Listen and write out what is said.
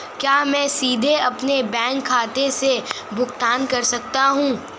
क्या मैं सीधे अपने बैंक खाते से भुगतान कर सकता हूं?